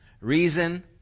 Reason